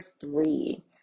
three